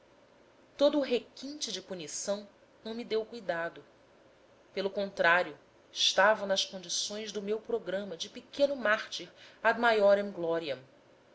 o requinte de punição não me deu cuidado pelo contrário estava nas condições do meu programa de pequeno mártir ad majorem gloriam